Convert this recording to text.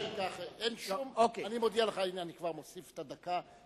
אני מודיע לך, הנה אני כבר מוסיף את הדקה.